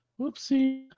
Whoopsie